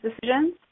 decisions